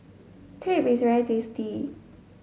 crepe is very tasty